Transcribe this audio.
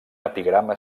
epigrama